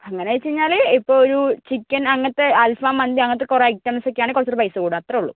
അങ്ങനെ വച്ചു കഴിഞ്ഞാൽ ഇപ്പോൾ ഒരു ചിക്കൻ അങ്ങനത്തെ അൽഫാം മന്തി അങ്ങനത്തെ കുറേ ഐറ്റംസ് ഒക്കെയാണെങ്കിൽ കുറച്ചുകൂടി പൈസ കൂടും അത്രയേ ഉള്ളൂ